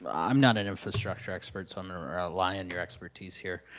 um i'm not an infrastructure expert so i'm gonna rely on your expertise here.